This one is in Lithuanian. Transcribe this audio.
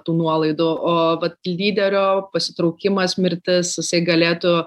tų nuolaidų o vat lyderio pasitraukimas mirtis jisai galėtų